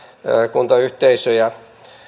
kuntayhteisöjä